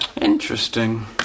Interesting